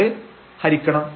കൊണ്ട് ഹരിക്കണം